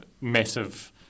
massive